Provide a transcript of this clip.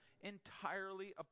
entirely